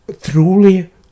truly